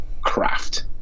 craft